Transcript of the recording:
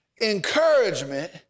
encouragement